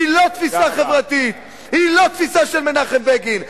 היא לא תפיסה חברתית, היא לא תפיסה של מנחם בגין.